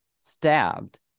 Stabbed